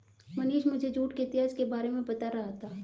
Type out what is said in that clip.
मनीष मुझे जूट के इतिहास के बारे में बता रहा था